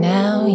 now